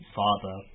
father